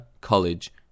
college